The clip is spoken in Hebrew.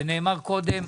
זה נאמר קודם,